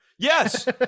Yes